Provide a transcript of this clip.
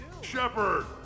Shepard